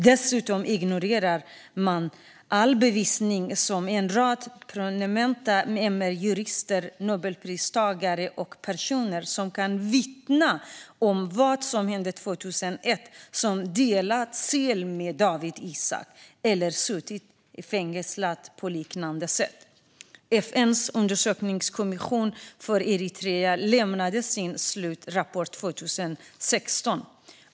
Dels ignorerar man all bevisning från en rad prominenta MR-jurister, Nobelpristagare och andra som kan vittna om vad som hände 2001 och som delat cell med Dawit Isaak eller suttit fängslade på liknande sätt. FN:s undersökningskommission för Eritrea lämnade sin slutrapport 2016.